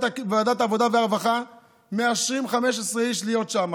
העבודה והרווחה ומאשרים ל-15 איש להיות שם,